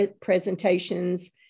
presentations